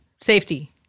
safety